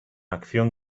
acción